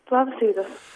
labas rytas